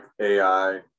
AI